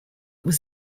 was